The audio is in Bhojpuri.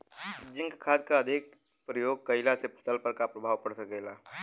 जिंक खाद क अधिक से अधिक प्रयोग कइला से फसल पर का प्रभाव पड़ सकेला?